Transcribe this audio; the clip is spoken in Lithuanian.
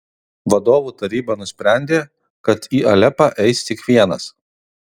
vadovų taryba nusprendė kad į alepą eis tik vienas